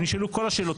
נשאלו כל השאלות,